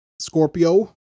Scorpio